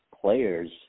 players